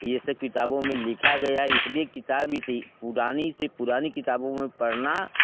ये सब किताबों में लिखा गया है इस लिए किताब ही थी पुरानी से पुरानी किताबों में पढ़ना